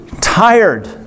tired